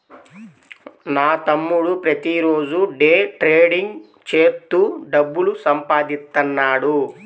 నా తమ్ముడు ప్రతిరోజూ డే ట్రేడింగ్ చేత్తూ డబ్బులు సంపాదిత్తన్నాడు